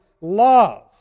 love